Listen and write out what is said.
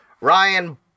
Ryan